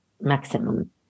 maximum